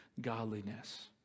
godliness